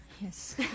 Yes